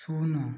ଶୂନ